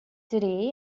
today